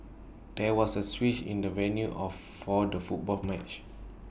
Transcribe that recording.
there was A switch in the venue of for the football match